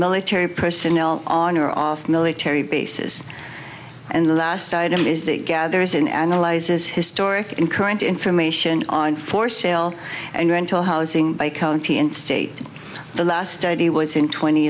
military personnel on or off military bases and last item is the gathers in analyzes historic in current information on for sale and rental housing by county and state the last study was in twenty